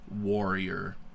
warrior